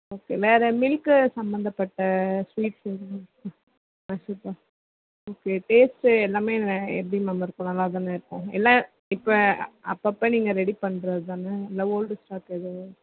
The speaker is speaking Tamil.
ஓகே வேறு மில்க்கு சம்பந்தப்பட்ட ஸ்வீட்ஸ்ஸு எதுவும் மைசூர்பாக் ஓகே டேஸ்ட்டு எல்லாமே எப்படி மேம் இருக்கும் நல்லாதானே இருக்கும் எல்லாம் இப்போ அப்பப்போ நீங்கள் ரெடி பண்ணுறது தானே இல்லை ஓல்டு ஸ்டாக் எதுவும்